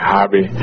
Hobby